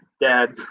dad